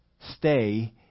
Stay